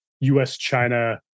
US-China